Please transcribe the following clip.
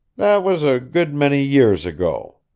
that was a good many years ago.